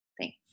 thanks